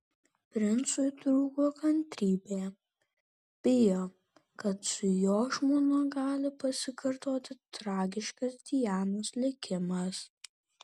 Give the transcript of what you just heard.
princui trūko kantrybė bijo kad su jo žmona gali pasikartoti tragiškas dianos likimas